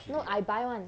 no I buy [one]